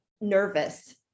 nervous